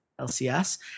LCS